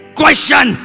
question